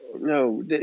no